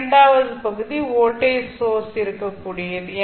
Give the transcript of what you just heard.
இரண்டாவது பகுதி voltage source இருக்கக்கூடியது